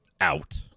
out